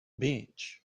bench